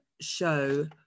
show